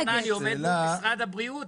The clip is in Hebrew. אבל פעם ראשונה אני עומד מול משרד הבריאות,